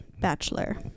Bachelor